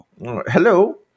hello